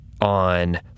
on